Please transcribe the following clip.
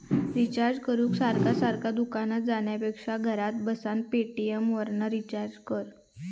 recharge करूक सारखा सारखा दुकानार जाण्यापेक्षा घरात बसान पेटीएमवरना रिचार्ज कर